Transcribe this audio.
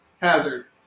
Hazard